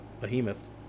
behemoth